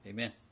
Amen